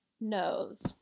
knows